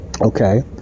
okay